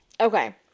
Okay